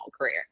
career